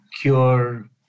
Cure